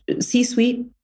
C-suite